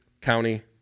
county